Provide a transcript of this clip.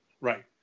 Right